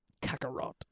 Kakarot